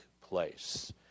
place